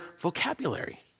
vocabulary